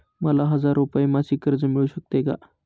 मला हजार रुपये मासिक कर्ज मिळू शकते का?